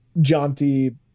jaunty